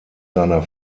seiner